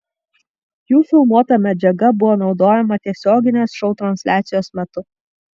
jų filmuota medžiaga buvo naudojama tiesioginės šou transliacijos metu